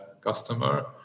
customer